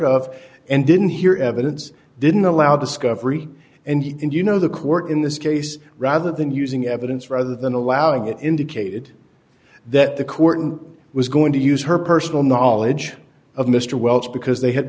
of and didn't hear evidence didn't allow discovery and you know the court in this case rather than using evidence rather than allowing it indicated that the korten was going to use her personal knowledge of mr wells because they had